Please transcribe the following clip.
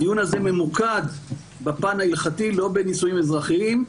הדיון הזה ממוקד בפן ההלכתי ולא בנישואים אזרחיים.